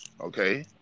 Okay